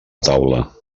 taula